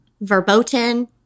verboten